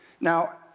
Now